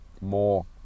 more